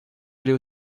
aller